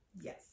Yes